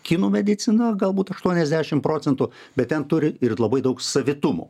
kinų medicina galbūt aštuoniasdešimt procentų bet ten turi ir labai daug savitumo